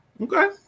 Okay